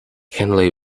hanley